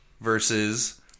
versus